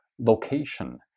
Location